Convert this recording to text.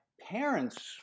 parents